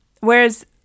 Whereas